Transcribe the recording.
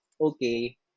okay